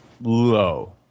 Low